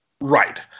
Right